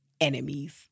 enemies